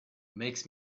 makes